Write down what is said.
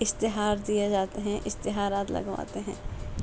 اشتہار دیے جاتے ہیں اشتہارات لگواتے ہیں